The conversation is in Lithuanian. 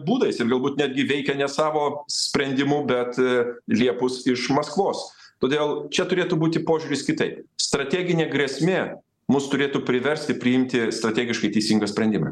būdais ir galbūt netgi veikia ne savo sprendimu bet liepus iš maskvos todėl čia turėtų būti požiūris kitaip strateginė grėsmė mus turėtų priversti priimti strategiškai teisingą sprendimą